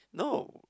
no